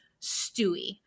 Stewie